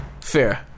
Fair